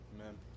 Amen